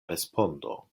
respondo